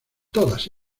todas